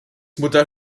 mutter